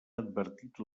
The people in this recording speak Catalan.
advertit